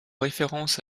référence